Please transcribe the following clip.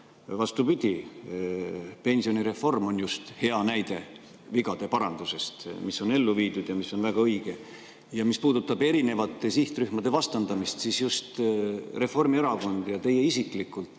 vastupidi, pensionireform on just hea näide vigade parandusest, mis on ellu viidud ja mis on väga õige. Mis puudutab erinevate sihtrühmade vastandamist, siis just Reformierakond ja teie isiklikult